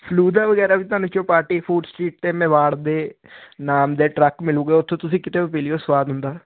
ਫਲੂਦਾ ਵਗੈਰਾ ਵੀ ਤੁਹਾਨੂੰ ਚੌਪਾਟੀ ਫ਼ੂਡ ਸਟ੍ਰੀਟ 'ਤੇ ਮੇਵਾੜ ਦੇ ਨਾਮ ਦੇ ਟਰੱਕ ਮਿਲੂਗੇ ਉੱਥੇ ਤੁਸੀਂ ਕਿਤਿਓਂ ਵੀ ਪੀ ਲਿਆ ਸਵਾਦ ਹੁੰਦਾ